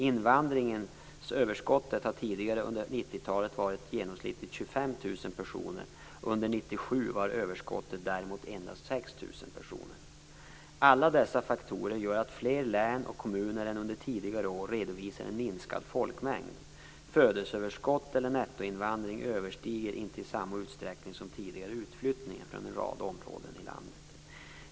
Invandringsöverskottet har tidigare under 1997 var överskottet däremot endast 6 000 personer. Alla dessa faktorer gör att fler län och kommuner än under tidigare år redovisar en minskad folkmängd. Födelseöverskott eller nettoinvandring överstiger inte i samma utsträckning som tidigare utflyttningen från en rad områden i landet.